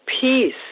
peace